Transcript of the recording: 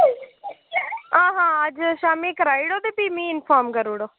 आं हां अज्ज शामी कराई उड़ो ते फी मिगी इंफार्म करू उड़ो